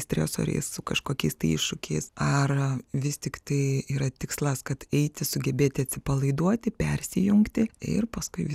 stresoriais su kažkokiais tai iššūkiais ar vis tik tai yra tikslas kad eiti sugebėti atsipalaiduoti persijungti ir paskui